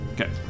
Okay